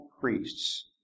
priests